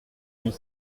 huit